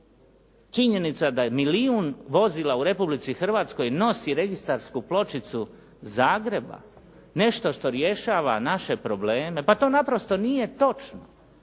činjenica da je milijun vozila u Republici Hrvatskoj nosi registarsku pločicu Zagreba, nešto što rješava naše probleme, pa to naprosto nije točno.